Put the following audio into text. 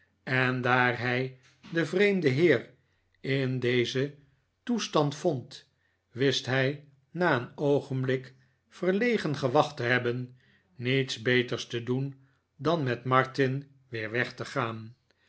en daar hij den vreemden heer in dezen toestand vond wist hij na een oogenblik verlegen gewacht te hebben niets beters te doen dan met martin weer weg te gaan